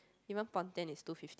even Pontian is two fifty